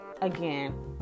again